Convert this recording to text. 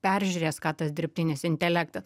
peržiūrės ką tas dirbtinis intelektas